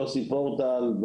יוסי פורטל,